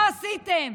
מה עשיתם?